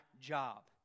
job